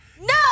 No